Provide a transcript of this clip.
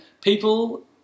people